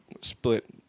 split